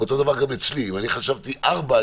אותו דבר גם אצלי אם אני חשבתי ארבע,